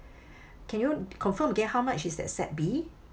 can you confirm again how much is that set B